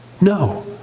No